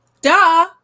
Duh